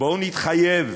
בואו נתחייב,